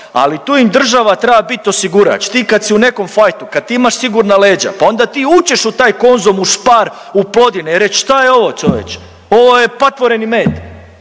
ali tu im država treba biti osigurač. Ti kad si u nekom fajtu, kad ti imaš sigurna leđa pa onda ti uđeš u taj Konzum, u Spar, u Plodine i reć šta je ovo čovječe, ovo je patvoreni,